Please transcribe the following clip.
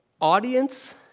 audience